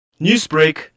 Newsbreak